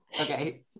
Okay